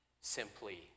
simply